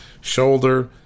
shoulder